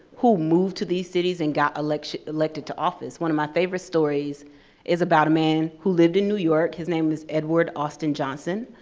who moved to these cities and got elected elected to office. one of my favorite stories is about a man who lived in new york. his name is edward austin johnson.